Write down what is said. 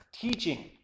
teaching